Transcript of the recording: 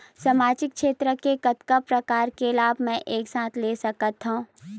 सामाजिक क्षेत्र के कतका प्रकार के लाभ मै एक साथ ले सकथव?